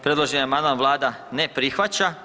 Predloženi amandman Vlada ne prihvaća.